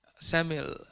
Samuel